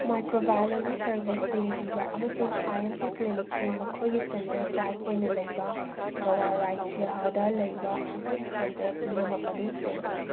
microbiology ꯁꯔꯕꯤꯁꯁꯤꯡ ꯄꯤꯕ ꯑꯃꯁꯨꯡ ꯑꯥꯏ ꯑꯦꯝ ꯄꯤ ꯀ꯭ꯂꯤꯅꯤꯛꯄꯨ ꯃꯈꯣꯏꯒꯤ ꯁꯦꯟꯇꯔ ꯇꯥꯏꯞ ꯑꯣꯏꯅ ꯂꯩꯕ ꯒꯥꯋꯥ ꯔꯥꯏꯖ꯭ꯌꯥꯍꯥꯗ ꯂꯩꯕ ꯏꯁꯤꯛ ꯁꯦꯟꯇꯔ ꯄꯨꯝꯅꯃꯛ ꯑꯗꯨ ꯁꯦꯝꯃꯨ